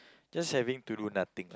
just having to do nothing